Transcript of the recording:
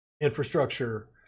infrastructure